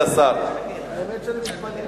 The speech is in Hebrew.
האמת היא שאני מתפלא.